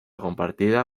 compartida